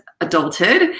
adulthood